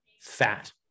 fat